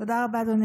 אדוני